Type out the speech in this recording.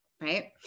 right